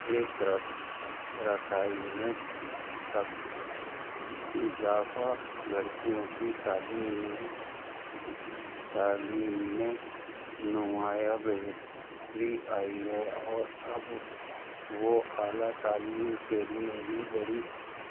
ایک رس رسائی میں تک اضافہ لڑکیوں کی تعلیم میں تعلیم میں نمایاں بہتری آئی ہے اور اب وہ اعلیٰ تعلیم کے لیے بھی بڑی